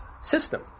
system